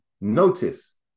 notice